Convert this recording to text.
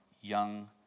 young